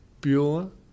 Bueller